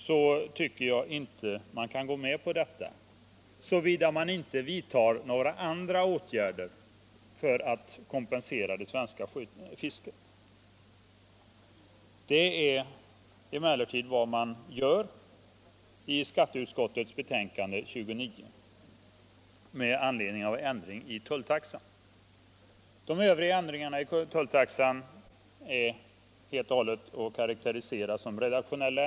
Jag tycker inte att man kan gå med på detta, såvida man inte vidtar några andra åtgärder för att kompensera det svenska fisket. Det är emellertid vad man gör i skatteutskottets betänkande nr 29 med anledning av förslag om ändring i tulltaxan. Övriga ändringar i tulltaxan är helt att karaktärisera som redaktionella.